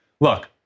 look